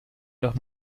los